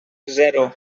zero